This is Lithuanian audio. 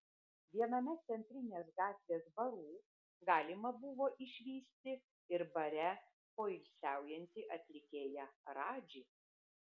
viename centrinės gatvės barų galima buvo išvysti ir bare poilsiaujantį atlikėją radžį